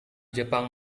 jepang